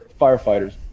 firefighters